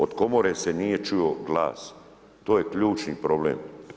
Od Komore se nije čuo glas, to je ključni problem.